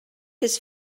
his